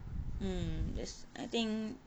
mm ther~ I think